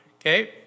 Okay